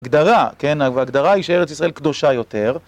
הגדרה, כן, וההגדרה היא שארץ ישראל קדושה יותר.